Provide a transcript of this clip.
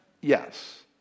Yes